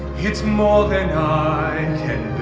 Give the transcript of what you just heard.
it's more than i